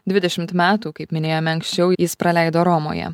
dvidešimt metų kaip minėjome anksčiau jis praleido romoje